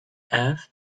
earth